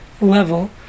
level